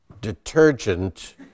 detergent